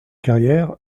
carrières